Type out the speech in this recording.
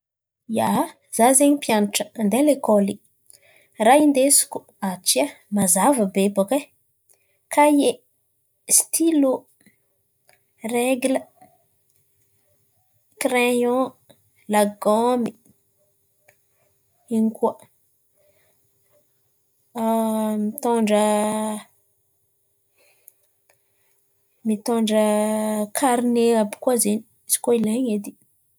Ia, izaho zen̈y mpianatra mandeha lekoly ràha indesiko mazava be bôkà e: kahie, stilô, regla, kraion, lagômy, ino koà? Mitôndra mitôndra karne àby io koà zen̈y izy koà ilain̈y edy.